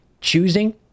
choosing